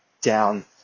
down